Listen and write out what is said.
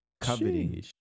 coveting